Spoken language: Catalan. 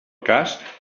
cas